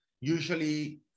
usually